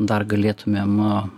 dar galėtumėm